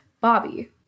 Bobby